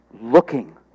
looking